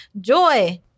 Joy